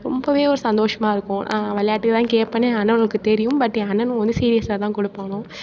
ரொம்பவே ஒரு சந்தோஷமாக இருக்கும் விளாட்டுக்கு தான் கேட்பனே அண்ணங்களுக்கு தெரியும் பட் என் அண்ணனுவோ சீரியஸாக தான் கொடுப்பானுவோ